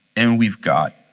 and we've got